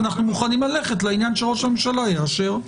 אז אנחנו מוכנים ללכת לעניין שראש המשלה יאשר.